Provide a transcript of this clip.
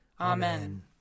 Amen